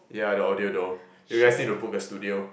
ya the audio though you guys need to book a studio